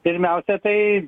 pirmiausia tai